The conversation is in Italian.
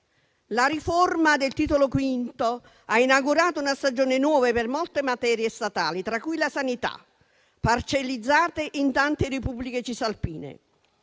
La riforma del Titolo V ha inaugurato una stagione nuova per molte materie statali, tra cui la sanità, parcellizzate in tante «repubbliche cisalpine».